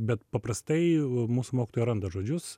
bet paprastai mūsų mokytojai randa žodžius